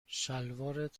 شلوارت